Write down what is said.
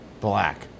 black